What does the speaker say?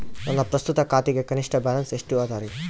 ನನ್ನ ಪ್ರಸ್ತುತ ಖಾತೆಗೆ ಕನಿಷ್ಠ ಬ್ಯಾಲೆನ್ಸ್ ಎಷ್ಟು ಅದರಿ?